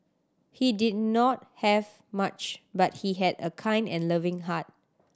he did not have much but he had a kind and loving heart